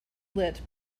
light